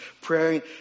praying